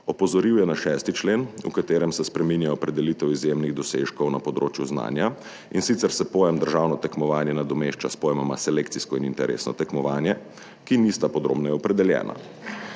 Opozoril je na 6. člen, v katerem se spreminja opredelitev izjemnih dosežkov na področju znanja, in sicer se pojem državno tekmovanje nadomešča s pojmoma selekcijsko in interesno tekmovanje, ki nista podrobneje opredeljena.